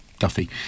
Duffy